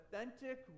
authentic